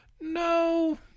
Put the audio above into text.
No